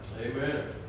Amen